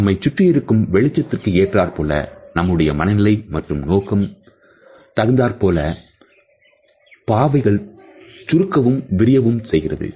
நம்மை சுற்றி இருக்கும் வெளிச்சத்திற்கு ஏற்றாற்போல நம்முடைய மனநிலை முற்றும் நோக்கம் தகுந்தார்போல்பாவைகள் சுருங்கவும் விரியவும் செய்கின்றன